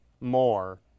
more